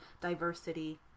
diversity